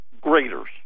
graders